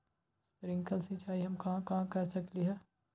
Sprinkle सिंचाई हम कहाँ कहाँ कर सकली ह?